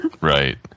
Right